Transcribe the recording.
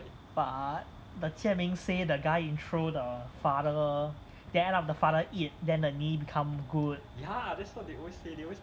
but the jian ming say the guy intro the father then end up the father eat then the knee become good